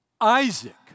Isaac